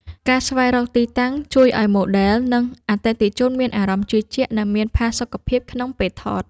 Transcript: ការស្វែងរកទីតាំងជួយឱ្យម៉ូដែល និងអតិថិជនមានអារម្មណ៍ជឿជាក់ និងមានផាសុកភាពក្នុងពេលថត។